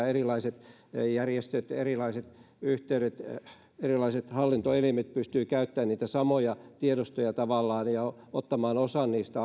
erilaiset järjestöt erilaiset yhteydet erilaiset hallintoelimet pystyvät tavallaan käyttämään samoja tiedostoja ja ottamaan ainoastaan osan niistä